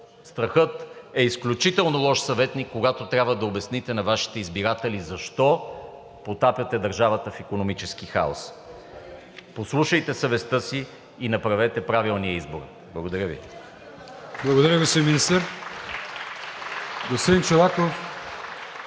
Страхът е изключително лош съветник, когато трябва да обясните на Вашите избиратели защо потапяте държавата в икономически хаос. Послушайте съвестта си и направете правилния избор! Благодаря Ви. (Ръкопляскания от „Продължаваме